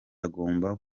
agomba